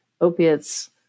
opiates